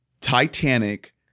Titanic